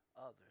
others